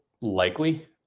likely